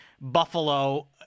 Buffalo—